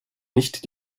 nicht